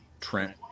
Trent